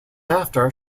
after